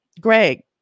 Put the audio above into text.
Greg